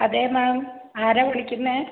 അതെ മാം ആരാണ് വിളിക്കുന്നത്